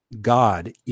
God